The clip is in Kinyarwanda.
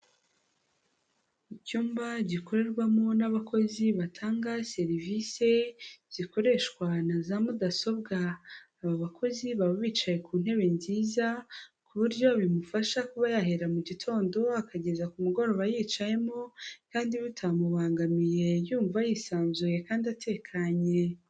Icyumba gikorerwamo n'abakozi batanga serivisi zikoreshwa na za mudasobwa, aba bakozi baba bicaye ku ntebe nziza ku buryo bimufasha kuba yahera mu gitondo akageza ku mugoroba yicayemo kandi bitamubangamiye yumva yisanzuye kandi atekanye.